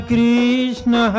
Krishna